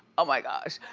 oh my gosh.